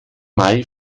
mai